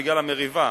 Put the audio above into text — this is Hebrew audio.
בגלל המריבה,